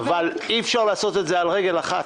אבל אי אפשר לעשות את זה על רגל אחת.